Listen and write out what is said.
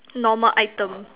normal item